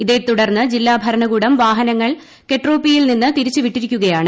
ഇതേ തുടർന്ന് ജില്ലാഭരണകൂടം വാഹനങ്ങൾ കെട്ട്രോപ്പിയിൽ നിന്ന് തിരിച്ച് വിട്ടിരിക്കുകയാണ്